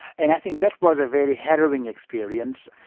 and i think that was a very harrowing experience,